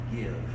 give